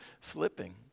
slipping